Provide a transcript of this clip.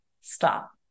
Stop